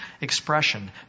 expression